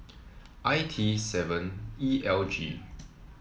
I T seven E L G